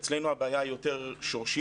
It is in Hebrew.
אצלנו הבעיה היא יותר שורשית,